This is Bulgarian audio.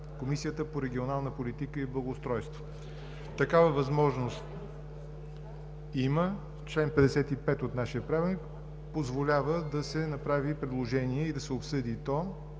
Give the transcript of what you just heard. Комисията по регионална политика и благоустройство. Такава възможност има – чл. 55 от нашия правилник позволява да се направи и обсъди